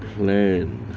plan